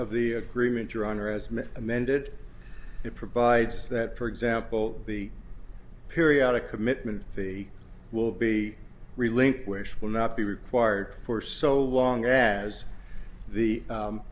mitt amended it provides that for example the periodic commitment the will be relinquished will not be required for so long as the